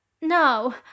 No